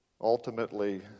ultimately